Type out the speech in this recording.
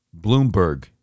Bloomberg